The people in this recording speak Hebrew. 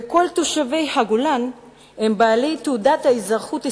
וכל תושבי הגולן הם בעלי תעודת אזרחות ישראלית,